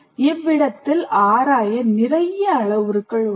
இவ்விடத்தில் ஆராய நிறைய அளவுருக்கள் உள்ளன